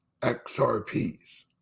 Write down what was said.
XRPs